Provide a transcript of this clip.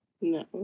No